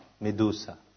Medusa